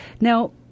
Now